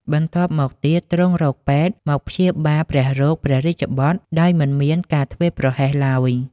បន្ទប់មកទៀតទ្រង់រកពេទ្យ មកព្យាបាលព្រះរោគព្រះរាជបុត្រ ដោយមិនមានការធ្វេសប្រហែសឡើយ